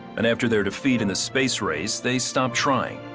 and after their defeat in the space race, they stopped trying.